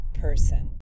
person